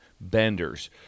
benders